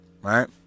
right